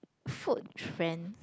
food trend